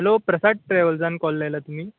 hello Prasad ट्रॅवल्सान call लायला तुमी